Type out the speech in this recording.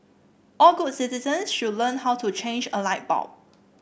all good citizen should learn how to change a light bulb